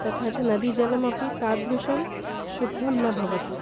तथा च नदीजलमपि तादृशं शुद्धं न भवति